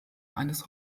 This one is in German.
eines